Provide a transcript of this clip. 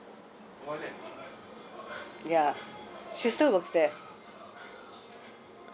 ya she still works there